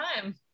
time